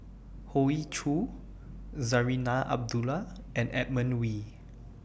Hoey Choo Zarinah Abdullah and Edmund Wee